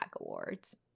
Awards